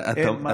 אין מה לעשות,